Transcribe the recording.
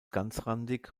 ganzrandig